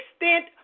extent